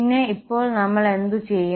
പിന്നെ ഇപ്പോൾ നമ്മൾ എന്തു ചെയ്യും